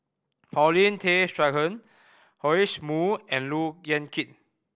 Paulin Tay Straughan Joash Moo and Look Yan Kit